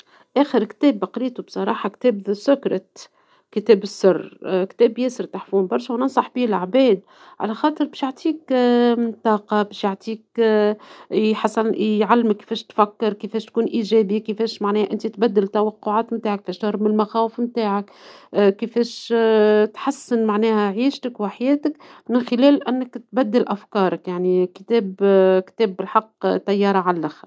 أخر كتاب قريتو بصراحة كتاب السر ، كتاب ياسر تحفون برشا وننصح بيه العباد ، على خاطر باش يعطيك طاقة ، باش يعطيك ، يعلمك كفاش تفكر ، كفاش تكون ايجابي ، كفاش معناها أنتي تبدل توقعات نتاعك ، باش تهرب من من المخاوف نتاعك ، كفاش تحسن معناها عيشتك وحياتك من خلال أنك تبدل أفكارك ، يعني الكتاب الكتاب بالحق طيارة علخر.